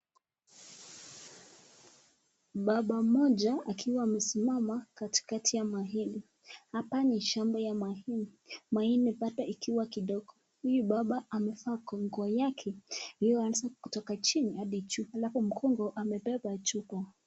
Baba moja akiwa amesimama katikati ya mahindi hapa ni shamba ya mahindi , mahindi ikipata ni kidogo huyu baba amefaa kunguo yake ilianza kutoka chini hadi juu alfu mkongo amepepa chupa.